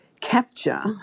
capture